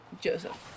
Joseph